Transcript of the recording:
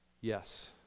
yes